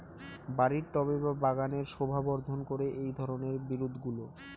বাড়ির টবে বা বাগানের শোভাবর্ধন করে এই ধরণের বিরুৎগুলো